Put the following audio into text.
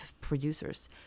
producers